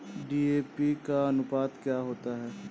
DAP का अनुपात क्या होता है?